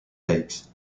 takes